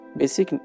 basic